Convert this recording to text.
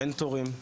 אין תורים.